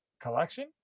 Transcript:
collection